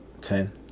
Ten